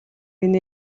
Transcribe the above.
хэлээд